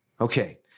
Okay